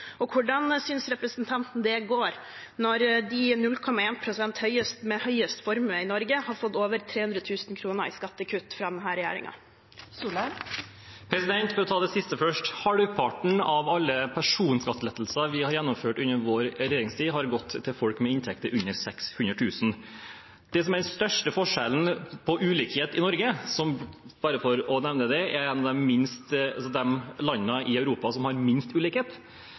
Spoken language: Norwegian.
og hvordan synes han det går når de 0,1 pst. med høyest formue i Norge har fått over 300 000 kr i skattekutt fra denne regjeringen? For å ta det siste først: Halvparten av alle personskattelettelser vi har gjennomført i vår regjeringstid, har gått til folk med inntekt under 600 000 kr. Det som er den største forskjellen når det gjelder ulikhet i Norge – som, bare for å nevne det, er et av landene i Europa med minst ulikhet